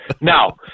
Now